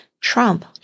Trump